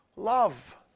Love